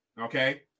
Okay